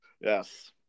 yes